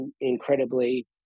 incredibly